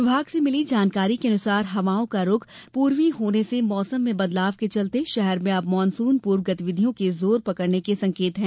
विभाग से मिली जानकारी के अनुसार हवाओं रूख पूर्वी होने से मौसम में बदलाव के चलते शहर में अब मॉनसून पूर्व गतिविधियों के जोर पकड़ने के संकेत है